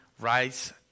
rice